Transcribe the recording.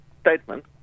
statement